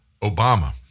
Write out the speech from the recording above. Obama